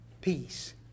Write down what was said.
peace